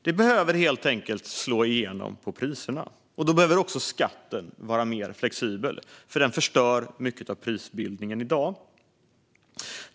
Det behöver helt enkelt slå igenom på priserna. Då behöver också skatten vara mer flexibel, för den förstör mycket av prisbildningen i dag.